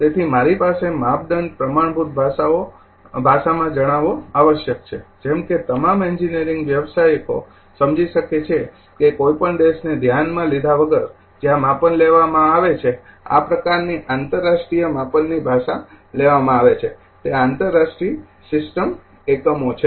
તેથી મારી પાસે માપદંડ પ્રમાણભૂત ભાષામાં જણાવવો આવશ્યક છે જેમ કે તમામ એન્જિનિયરિંગ વ્યવસાયિકો સમજી શકે કે કોઈ પણ દેશને ધ્યાનમાં લીધા વગર જ્યાં માપન લેવામાં આવે છે આ પ્રકારની આંતરરાષ્ટ્રીય માપનની ભાષા લેવામાં આવે છે તે આંતરરાષ્ટ્રીય સિસ્ટમ એકમો છે